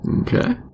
Okay